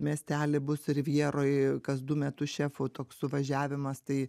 miestely bus rivjeroj kas du metus šefų toks suvažiavimas tai